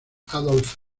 adolf